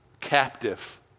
captive